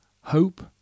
Hope